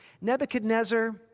Nebuchadnezzar